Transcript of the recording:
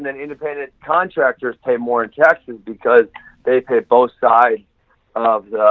and and independent contractors pay more in taxes because they pay both sides of